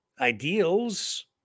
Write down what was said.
ideals